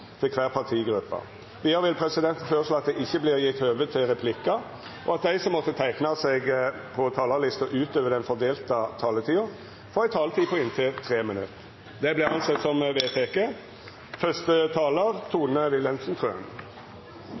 til kvar partigruppe. Vidare vil presidenten føreslå at det ikkje vert gjeve høve til replikkar, og at dei som måtte teikna seg på talarlista utover den fordelte taletida, får ei taletid på inntil 3 minutt. – Det